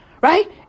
Right